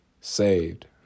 saved